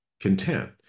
Content